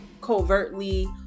covertly